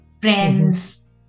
friends